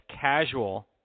casual